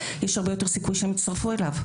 יש הרבה יותר סיכוי שהם יצטרפו אליו.